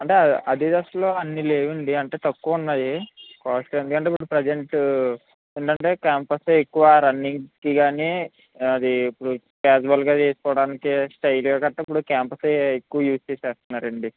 అంటే అడిదాస్లో అన్ని లేవండి అంటే తక్కువ ఉన్నాయి కాస్ట్ ఎందుకంటే ఇప్పుడు ప్రెసెంట్ ఏంటి అంటే క్యాంపసే ఎక్కువ రన్నింగ్కి కానీ అది ఇప్పుడు క్యాజువల్గా వేసుకోడానికి స్టైల్ గట్రా ఇప్పుడు క్యాంపసే ఎక్కువ యూజ్ చేసేస్తున్నారండి